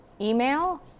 email